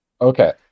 Okay